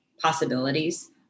possibilities